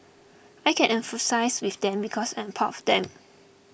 I can empathise with them because I'm part of them